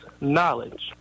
knowledge